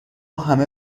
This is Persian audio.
همه